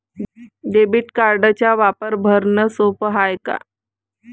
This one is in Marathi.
डेबिट कार्डचा वापर भरनं सोप हाय का?